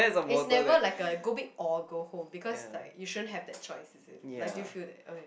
it's never like a go big or go home because like you shouldn't have that choice is it like do you feel that okay